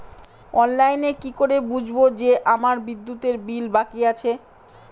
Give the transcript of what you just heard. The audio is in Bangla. অনলাইনে কি করে বুঝবো যে আমার বিদ্যুতের বিল বাকি আছে?